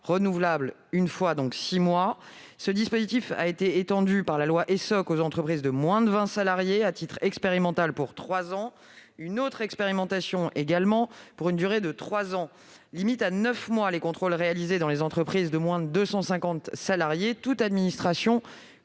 renouvelables une fois- donc six mois. Ce dispositif a été étendu par la loi Essoc aux entreprises de moins de 20 salariés à titre expérimental pour trois ans. Une autre expérimentation, également pour une durée de trois ans, limite à neuf mois les contrôles réalisés dans les entreprises de moins de 250 salariés, toutes administrations